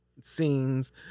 scenes